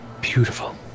Beautiful